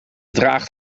draagt